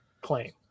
claim